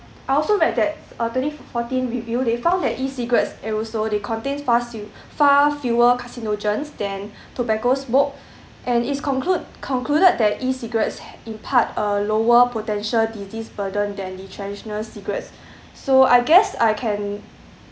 I also read that uh twenty fourteen review they found that E cigarettes aerosol they contain fa~ seu~ far fewer carcinogens than tobacco smoke and it's conclude concluded that E cigarettes impart a lower potential disease burden than the traditional cigarettes so I guess I can